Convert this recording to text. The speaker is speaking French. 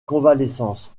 convalescence